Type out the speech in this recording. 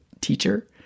teacher